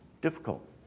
difficult